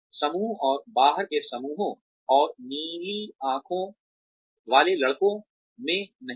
समूहों और बाहर के समूहों और नीली आंखों वाले लड़कों में नहीं है